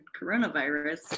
coronavirus